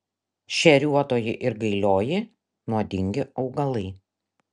šeriuotoji ir gailioji nuodingi augalai